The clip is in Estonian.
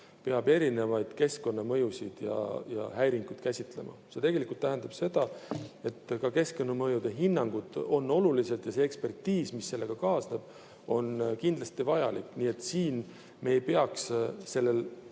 peab erinevaid keskkonnamõjusid ja ‑häiringuid käsitlema. See tähendab seda, et ka keskkonnamõjude hinnangud on olulised ja see ekspertiis, mis sellega kaasneb, on kindlasti vajalik. Me ei peaks tegema